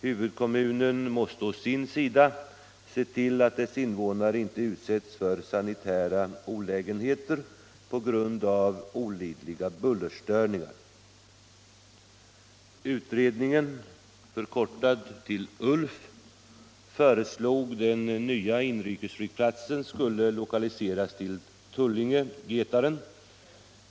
Huvudkommunen måste å sin sida se till att dess invånare inte utsätts för sanitära olägenheter på grund av olidliga bullerstörningar. Utredningen — förkortad till ULF — föreslog att den nya inrikesflygplatsen skulle lokaliseras till Tullinge/Getaren.